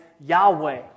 Yahweh